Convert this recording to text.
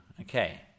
Okay